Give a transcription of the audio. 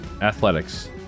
Athletics